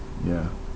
ya